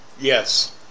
Yes